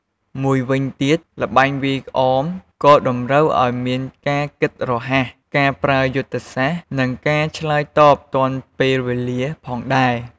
មួយវិញទៀត ល្បែងវាយក្អមក៏តម្រូវឲ្យមានការគិតរហ័ស ការប្រើយុទ្ធសាស្ត្រ និងការឆ្លើយតបទាន់ពេលវេលាផងដែរ។